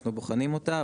אנחנו בוחנים אותה.